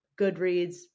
goodreads